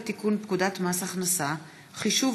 הצעת חוק לתיקון פקודת מס הכנסה (חישוב